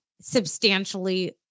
substantially